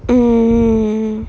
mm